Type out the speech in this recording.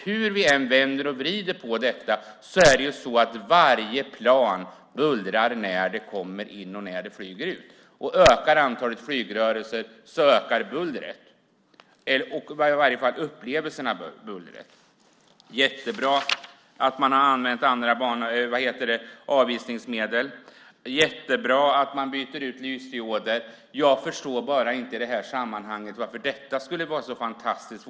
Hur vi än vänder och vrider på det hela bullrar varje plan när det flyger in och när det flyger ut, och med ett ökat antal flygrörelser ökar också bullret; det gäller i varje fall upplevelsen av bullret. Det är jättebra att man använder andra avisningsmedel. Det är jättebra att man byter till lysdioder. Jag förstår bara inte varför det i detta sammanhang skulle vara så fantastiskt.